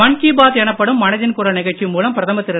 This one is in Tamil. மன் கீ பாத் எனப்படும் மனதின் குரல் நிகழ்ச்சி மூலம் பிரதமர் திரு